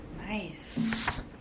Nice